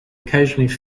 occasionally